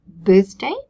birthday